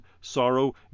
sorrow